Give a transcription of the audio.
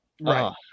Right